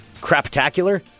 Craptacular